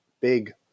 big